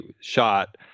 shot